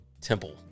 Temple